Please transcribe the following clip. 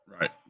Right